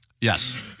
Yes